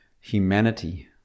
humanity